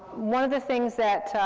one of the things that